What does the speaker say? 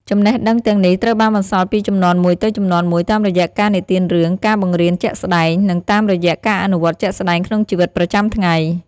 ចំណេះដឹងទាំងនេះត្រូវបានបន្សល់ពីជំនាន់មួយទៅជំនាន់មួយ តាមរយៈការនិទានរឿង ការបង្រៀនជាក់ស្តែង និងតាមរយៈការអនុវត្តជាក់ស្ដែងក្នុងជីវិតប្រចាំថ្ងៃ។